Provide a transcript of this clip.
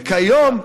וכיום,